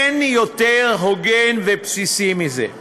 אין יותר הוגן ובסיסי מזה.